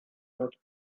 not